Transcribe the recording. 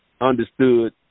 understood